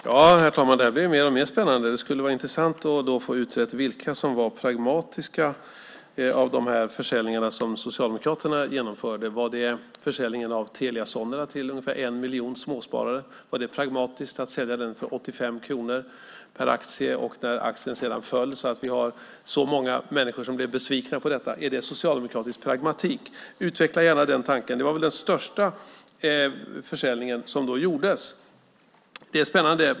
Herr talman! Det här blir mer och mer spännande. Det skulle vara intressant att få utrett vilka av de försäljningar som Socialdemokraterna genomförde som var pragmatiska. Var det försäljningen av Telia Sonera till ungefär en miljon småsparare? Var det pragmatiskt att sälja det för 85 kronor per aktie? Aktien föll sedan, och många människor blev besvikna. Är det socialdemokratisk pragmatism? Utveckla gärna den tanken! Det var väl den största försäljning som då gjordes. Det är spännande.